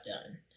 done